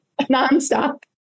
nonstop